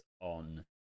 on